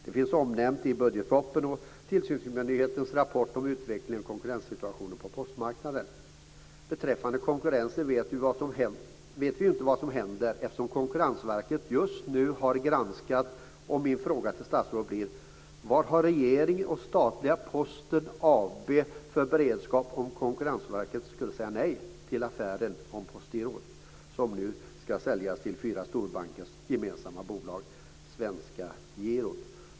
Det finns omnämnt i budgetpropositionen och i tillsynsmyndighetens rapport om utvecklingen och konkurrenssituationen på postmarknaden. Beträffande konkurrensen vet vi ju inte vad som händer eftersom Konkurrensverket just nu gör en granskning. Min fråga till statsrådet blir: Vad har regeringen och statliga Posten AB för beredskap om Konkurrensverket skulle säga nej till affären när det gäller Postgirot som nu ska säljas till fyra storbankers gemensamma bolag, Svenska Girot?